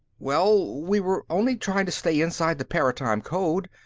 well, we were only trying to stay inside the paratime code,